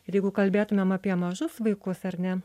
ir jeigu kalbėtumėm apie mažus vaikus ar ne